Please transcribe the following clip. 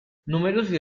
numerosi